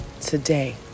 Today